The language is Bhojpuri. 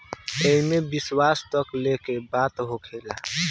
एईमे विश्व तक लेके बात होखेला